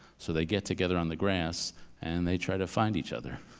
so they get together on the grass and they try to find each other.